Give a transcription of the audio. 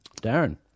Darren